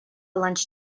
lunch